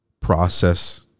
process